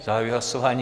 Zahajuji hlasování.